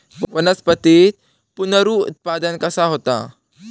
वनस्पतीत पुनरुत्पादन कसा होता?